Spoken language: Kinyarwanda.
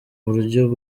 buryo